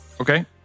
Okay